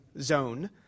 zone